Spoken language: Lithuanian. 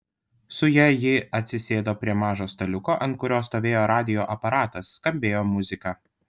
su ja ji atsisėdo prie mažo staliuko ant kurio stovėjo radijo aparatas skambėjo muzika